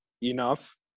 enough